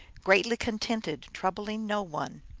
greatly con tented, troubling no one.